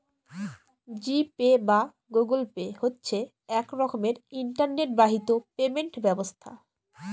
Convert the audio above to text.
জি Pay বা Google Pay হচ্ছে এক রকমের ইন্টারনেট বাহিত পেমেন্ট ব্যবস্থা